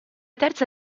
terza